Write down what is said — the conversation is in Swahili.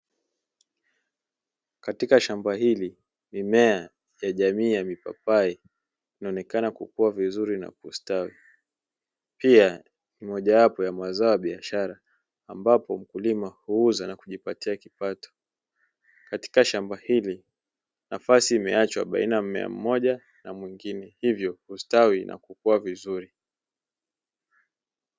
Katika shamba hili mimea ya jamii ya mipapai inaonekana kukuwa vizuri na kustawi, pia ni mojawapo ya mazao ya biashara ambapo mkulima huuza na kujipatia kipato. Katika shamba hili nafasi imeachwa baina mmea mmoja na mwingine hivyo ustawi na kukua vizuri.